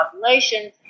populations